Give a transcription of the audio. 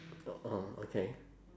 orh okay